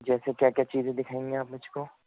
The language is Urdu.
جیسے کیا کیا چیزیں دکھائیں گے آپ مجھ کو